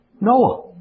Noah